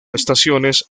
estaciones